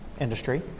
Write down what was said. industry